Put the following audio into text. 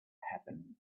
happen